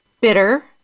bitter